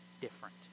different